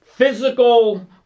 physical